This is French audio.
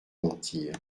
mentir